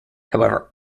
however